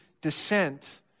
descent